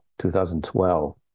2012